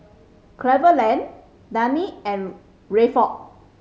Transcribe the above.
Cleveland Daneen and Rayford